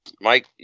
Mike